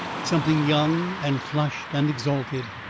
something young and flushed and exalted.